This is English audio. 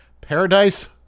paradise